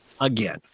again